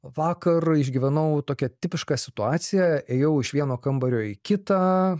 vakar išgyvenau tokią tipišką situaciją ėjau iš vieno kambario į kitą